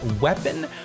weapon